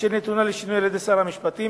אשר נתונה לשינוי על-ידי שר המשפטים,